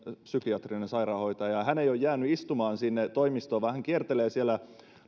psykiatrinen sairaanhoitaja ja hän ei ole jäänyt istumaan sinne toimistoon vaan hän kiertelee siellä